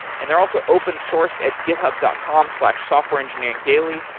and they're also open sourced at github dot com slash software engineering daily.